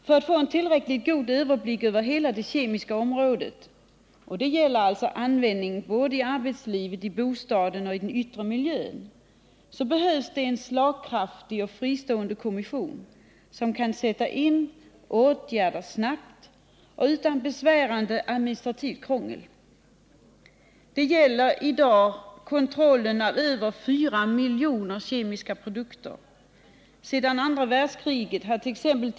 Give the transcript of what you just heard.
För att få en tillräckligt god överblick över hela det kemiska området — det gäller användning såväl i arbetslivet och i bostaden som i den yttre miljön — behövs det en slagkraftig och fristående kommission, som kan sätta in åtgärder snabbt och utan besvärande administrativt krångel. Det gäller i dag kontrollen av över 4 miljoner kemiska produkter. Sedan andra världskriget hart.ex.